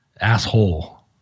asshole